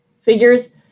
figures